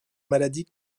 maladie